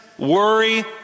worry